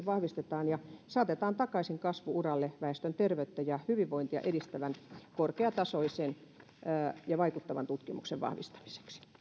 vahvistetaan ja saatetaan takaisin kasvu uralle väestön terveyttä ja hyvinvointia edistävän korkeatasoisen ja vaikuttavan tutkimuksen vahvistamiseksi